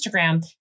Instagram